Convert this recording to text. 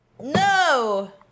No